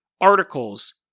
articles